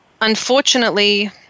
unfortunately